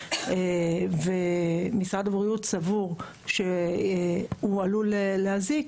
ומשרד הבריאות סבור שהוא עלול להזיק,